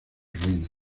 ruinas